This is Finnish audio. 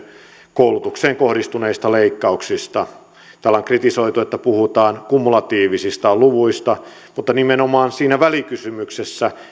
koulutukseen kohdistuneista leikkauksista täällä on kritisoitu että puhutaan kumulatiivisista luvuista mutta siinä välikysymyksessä